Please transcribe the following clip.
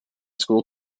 school